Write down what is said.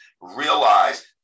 realize